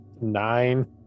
Nine